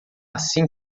assim